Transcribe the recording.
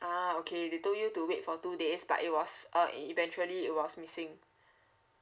ah okay they told you to wait for two days but it was uh e~ eventually it was missing